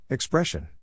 Expression